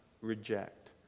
reject